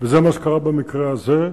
וזה מה שקרה במקרה הזה,